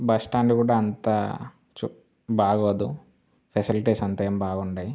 bus stand కూడా అంతా చూ బాగోదు ఫెసిలిటీస్ అంతా ఏమి బాగుండవు